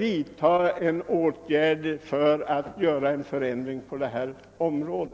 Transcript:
vidta erforderliga åtgärder för att åstadkomma en förändring på detta område.